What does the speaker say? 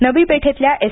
नवी पेठेतल्या एस